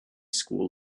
school